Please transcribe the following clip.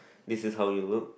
this is how you look